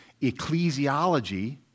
ecclesiology